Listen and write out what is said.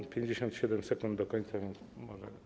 Mam 57 sekund do końca, więc może.